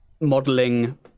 modeling